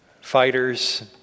fighters